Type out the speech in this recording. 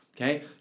Okay